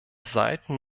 seiten